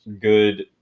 good